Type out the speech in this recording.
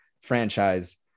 franchise